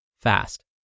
fast